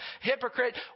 hypocrite